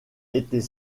était